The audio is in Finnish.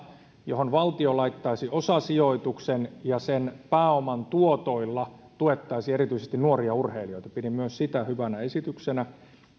johon valtio laittaisi osasijoituksen ja jonka pääoman tuotoilla tuettaisiin erityisesti nuoria urheilijoita pidin myös sitä hyvänä esityksenä